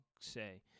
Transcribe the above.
say